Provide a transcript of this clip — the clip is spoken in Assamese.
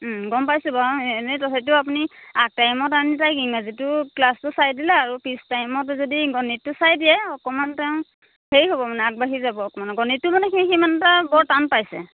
গম পাইছোঁ বাৰু এনেই তথাপিতো আপুনি আৰ্ট টাইমত আনি তাক ইংৰাজীটো ক্লাছটো চাই দিলে আৰু পিছ টাইমত যদি গণিতটো চাই দিয়ে অকণমান তেও হেৰি হ'ব মানে আগবাঢ়ি যাব মানে গণিত মানে সি সিমান বৰ টান পাইছে